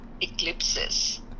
eclipses